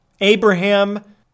Abraham